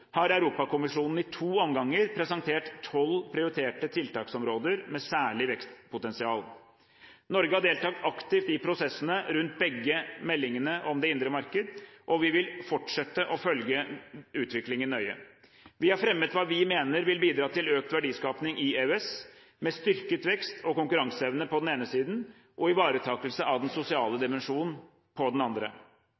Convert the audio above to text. omganger presentert tolv prioriterte tiltaksområder med særlig vekstpotensial. Norge har deltatt aktivt i prosessene rundt begge meldingene om det indre marked, og vi vil fortsette å følge utviklingen nøye. Vi har fremmet hva vi mener vil bidra til økt verdiskaping i EØS, med styrket vekst og konkurranseevne på den ene siden og ivaretakelse av den sosiale